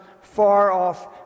far-off